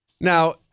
now